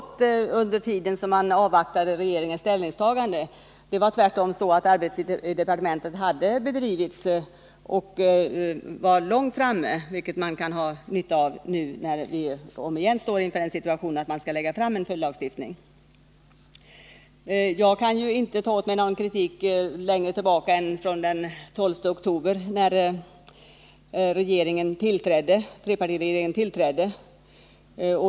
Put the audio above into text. Men under den tid man avvaktade regeringens ställningstagande pågick arbetet på en följdlagstiftning i departementet och var långt framme, vilket man har nytta av nu, när vi igen står i situationen att vi skall lägga fram förslag om en följdlagstiftning. Jag kan inte ta åt mig någon kritik som gäller handläggningen längre tillbaka än den 12 oktober, när trepartiregeringen tillträdde.